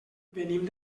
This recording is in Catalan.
venim